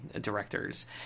directors